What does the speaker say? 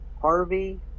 Harvey